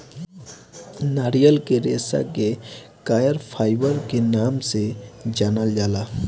नारियल के रेशा के कॉयर फाइबर के नाम से जानल जाला